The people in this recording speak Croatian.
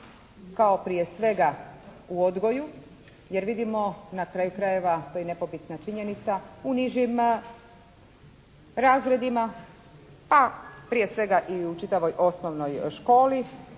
kao prije svega u odgoju, jer vidimo na kraju krajeva to je nepobitna činjenica, u nižim razredima, pa prije svega i u čitavoj osnovnoj školi,